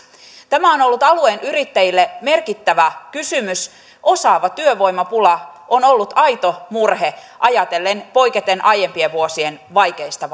tämä on ollut alueen yrittäjille merkittävä kysymys osaavan työvoiman pula on ollut aito murhe poiketen aiempien vuosien vaikeista